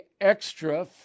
extra